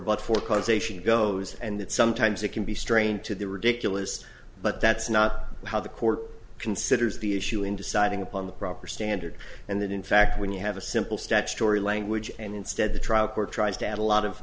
but for causation goes and that sometimes it can be strained to the ridiculous but that's not how the court considers the issue in deciding upon the proper standard and that in fact when you have a simple statutory language and instead the trial court tries to add a lot of